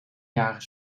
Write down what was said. jaren